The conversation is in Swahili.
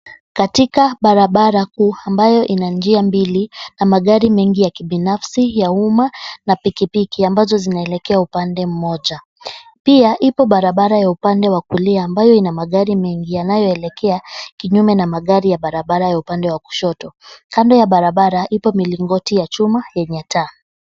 Katika barabara kuu ambayo ina njia mbili na magari mengi ya kibinafsi, ya umma na pikipiki ambazo zinaelekea upande mmoja. Pia, ipo barabara ya upande wa kulia ambayo ina magari mengi yanayoelekea kinyume na magari ya barabara ya upande wa kushoto. Kando ya barabara ipo milimgoti ya chuma yenye taa.